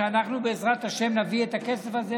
שאנחנו בעזרת השם נביא את הכסף הזה,